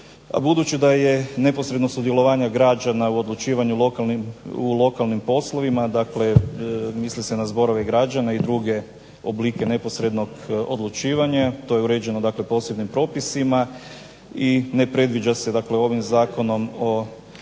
Budući da je neposredno sudjelovanje građana u odlučivanje u lokalnim poslovima dakle misli se na zborove građana i druge oblike neposrednog odlučivanja to je uređeno posebnim propisima i ne predviđa se ovim zakonom o